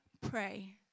pray